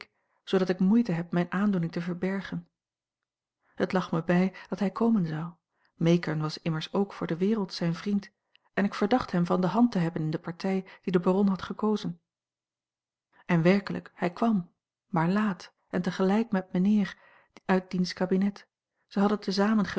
zoodat ik moeite heb mijne aandoening te verbergen het lag me bij dat hij komen zou meekern was immers ook voor de wereld zijn vriend en ik verdacht hem van de hand te hebben in de partij die de baron had gekozen en werkelijk hij kwam maar laat en tegelijk met mijnheer uit diens kabinet zij hadden